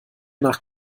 nach